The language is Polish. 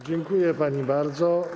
Dziękuję pani bardzo.